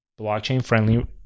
blockchain-friendly